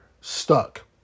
stuck